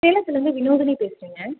சேலத்துலிருந்து வினோதினி பேசுகிறேங்க